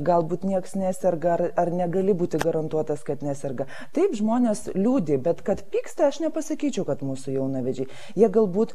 galbūt nieks neserga ar ar negali būti garantuotas kad neserga taip žmonės liūdi bet kad pyksta aš nepasakyčiau kad mūsų jaunavedžiai jie galbūt